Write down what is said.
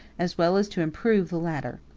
as well as to improve the latter.